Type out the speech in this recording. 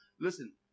Listen